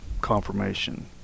confirmation